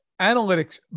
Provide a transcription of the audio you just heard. Analytics